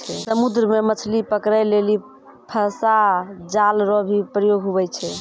समुद्र मे मछली पकड़ै लेली फसा जाल रो भी प्रयोग हुवै छै